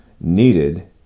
needed